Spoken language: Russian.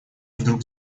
вдруг